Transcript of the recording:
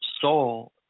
soul